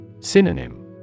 Synonym